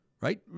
right